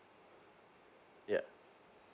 yup